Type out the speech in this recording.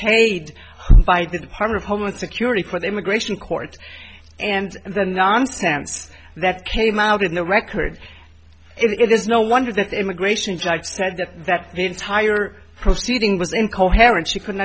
paid by the department of homeland security for the immigration court and the nonsense that came out in the records it is no wonder that the immigration judge said that the entire proceeding was incoherent she couldn't